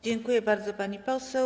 Dziękuję bardzo, pani poseł.